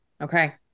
okay